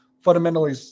fundamentally